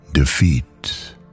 Defeat